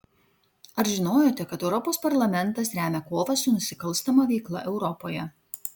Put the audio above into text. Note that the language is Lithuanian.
ar žinojote kad europos parlamentas remia kovą su nusikalstama veikla europoje